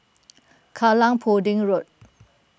Kallang Pudding Road